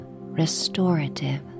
restorative